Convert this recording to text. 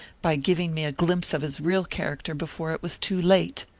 by giving me a glimpse of his real character before it was too late.